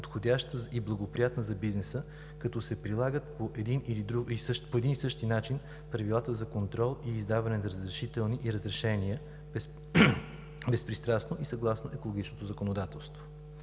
подходяща и благоприятна за бизнеса, като се прилагат по един и същи начин правилата за контрол и издаване на разрешителни и разрешения безпристрастно, и съгласно екологичното законодателство.